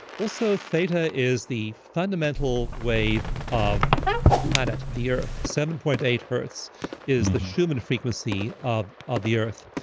also, theta is the fundamental wave of the planet the earth. seven point eight hertz is the shaman frequency of ah the earth,